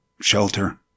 shelter